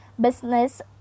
business